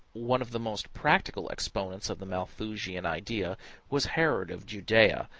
one of the most practical exponents of the malthusian idea was herod of judea,